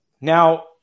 now